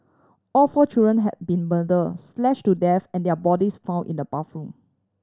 all four children had been murder slash to death and their bodies found in the bathroom